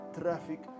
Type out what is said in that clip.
traffic